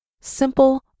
Simple